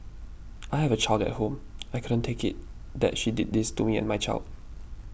I have a child at home I couldn't take it that she did this to me and my child